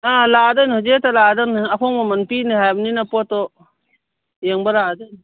ꯑꯥ ꯂꯥꯛꯂꯗꯧꯅꯤ ꯍꯧꯖꯤꯛ ꯍꯦꯛꯇ ꯂꯥꯛꯂꯗꯧꯅꯤ ꯑꯍꯣꯡꯕ ꯃꯃꯜ ꯄꯤꯅꯤ ꯍꯥꯏꯔꯕꯅꯤꯅ ꯄꯣꯠꯇꯣ ꯌꯦꯡꯕ ꯂꯥꯛꯂꯗꯣꯏꯅꯤ